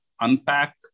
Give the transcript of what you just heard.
unpack